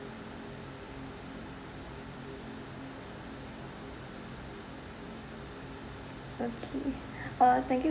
okay uh thank you